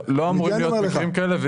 לא אמורים להיות מקרים כאלה.